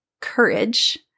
courage